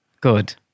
Good